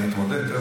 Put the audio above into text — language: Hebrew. אני אתמודד.